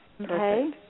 Okay